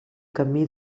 camí